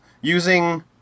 using